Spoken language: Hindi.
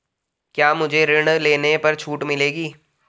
क्या मुझे ऋण लेने पर छूट मिलेगी?